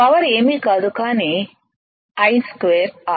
power ఏమీ కాదు కాని ఐ స్క్వేర్ ఆర్